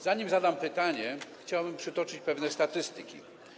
Zanim zadam pytanie, chciałbym przytoczyć pewne dane statystyczne.